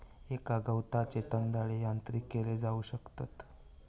एका गवताचे दंताळे यांत्रिक केले जाऊ शकतत